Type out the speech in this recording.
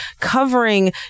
covering